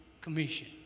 commission